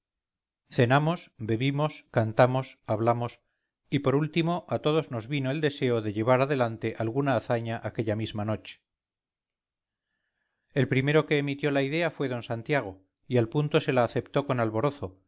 cenamos bebimos cantamos hablamos y por último a todos nos vino el deseo de llevar adelante alguna hazaña aquella misma noche el primero que emitió la idea fue d santiago y al punto se la aceptó con alborozo